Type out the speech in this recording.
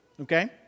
Okay